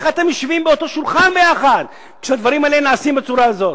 איך אתם יושבים באותו שולחן יחד כשהדברים האלה נעשו בצורה הזאת.